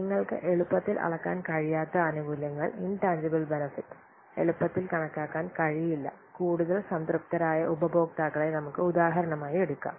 നിങ്ങൾക്ക് എളുപ്പത്തിൽ അളക്കാൻ കഴിയാത്ത ആനുകൂല്യങ്ങൾ ഇൻടാൻജിബിൽ ബെനെഫിറ്റ് എളുപ്പത്തിൽ കണക്കാക്കാൻ കഴിയില്ല കൂടുതൽ സംതൃപ്തരായ ഉപഭോക്താക്കളെ നമുക്ക് ഉദാഹരണമായി എടുക്കാം